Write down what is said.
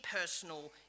personal